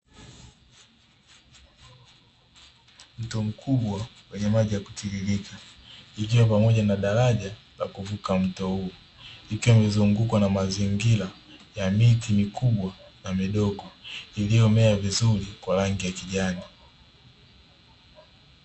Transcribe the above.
Mto mkubwa wenye maji ya kutiririka ikiwa pamoja na daraja la kuvuka mto huu, ikiwa imezungukwa na mazingira ya miti mikubwa na midogo iliyomea vizuri kwa rangi ya kijani.